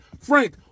Frank